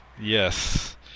yes